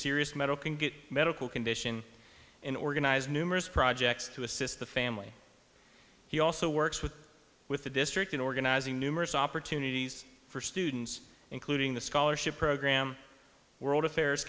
serious mental can get medical condition and organize numerous projects to assist the family he also works with with the district in organizing numerous opportunities for students including the scholarship program world affairs